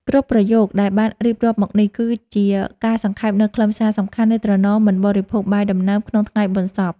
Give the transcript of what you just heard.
គ្រប់ប្រយោគដែលបានរៀបរាប់មកនេះ គឺជាការសង្ខេបនូវខ្លឹមសារសំខាន់នៃត្រណមមិនបរិភោគបាយដំណើបក្នុងថ្ងៃបុណ្យសព។